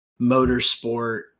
motorsport